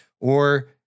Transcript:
Or-